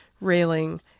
railing